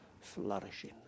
flourishing